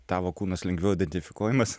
tavo kūnas lengviau identifikuojamas